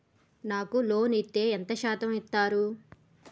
నాకు లోన్ ఇత్తే ఎంత శాతం ఇత్తరు?